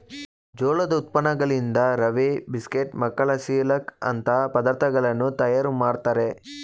ಜೋಳದ ಉತ್ಪನ್ನಗಳಿಂದ ರವೆ, ಬಿಸ್ಕೆಟ್, ಮಕ್ಕಳ ಸಿರ್ಲಕ್ ಅಂತ ಪದಾರ್ಥಗಳನ್ನು ತಯಾರು ಮಾಡ್ತರೆ